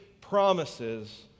promises